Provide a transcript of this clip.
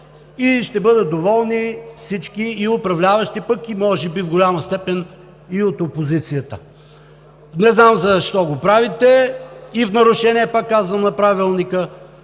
ще бъдат доволни всички, и управляващи, пък може би в голяма степен и от опозицията. Не знам защо го правите? И в нарушение, пак казвам, на Правилника,